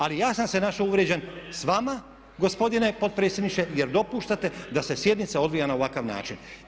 Ali ja sam se našao uvrijeđen s vama gospodine potpredsjedniče jer dopuštate da se sjednica odvija na ovakav način.